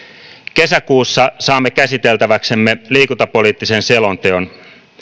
kesäkuussa saamme käsiteltäväksemme liikuntapoliittisen selonteon